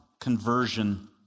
conversion